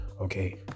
Okay